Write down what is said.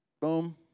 boom